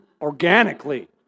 organically